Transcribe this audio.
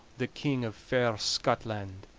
the king of fair scotland.